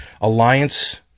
Alliance